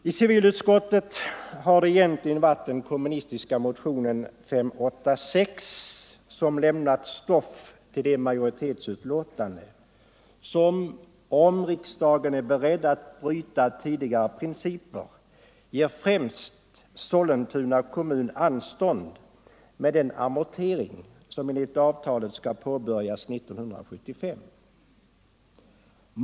I civilutskottet har det egentligen varit den kommunistiska motionen 586 som lämnat stoff till det majoritetsutlåtande som — om riksdagen är beredd att bryta tidigare principer — ger främst Sollentuna kommun anstånd med den amortering som enligt avtalet skall påbörjas 1975.